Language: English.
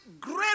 great